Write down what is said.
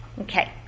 okay